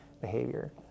behavior